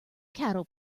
cattle